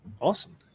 Awesome